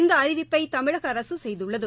இந்த அறிவிப்பை தமிழக அரசு செய்துள்ளது